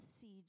seed